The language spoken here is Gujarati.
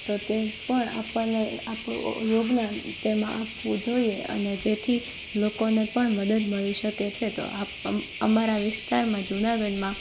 તો તે પણ આપણને આપણું યોગદાન તેમાં આપવું જોઈએ અને જેથી લોકોને પણ મદદ મળી શકે છે તો આપમ અમારા વિસ્તારમાં જૂનાગઢમાં